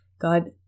God